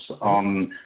on